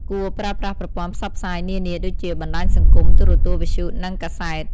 គួរប្រើប្រាស់ប្រព័ន្ធផ្សព្វផ្សាយនានាដូចជា បណ្ដាញសង្គម ទូរទស្សន៍ វិទ្យុ និងកាសែត។